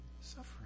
suffering